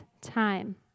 time